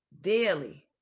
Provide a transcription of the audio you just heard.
Daily